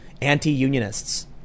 anti-unionists